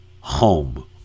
home